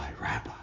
Rabbi